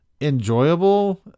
Enjoyable